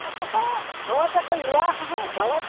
अतः भवतः विवाहः भवत्